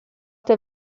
der